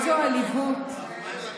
איזו עליבות.